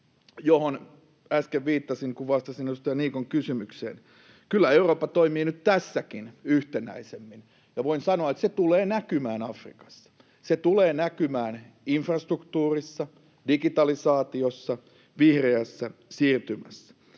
johon äsken viittasin, kun vastasin edustaja Niikon kysymykseen. Kyllä Eurooppa toimii nyt tässäkin yhtenäisemmin, ja voin sanoa, että se tulee näkymään Afrikassa — se tulee näkymään infrastruktuurissa, digitalisaatiossa, vihreässä siirtymässä.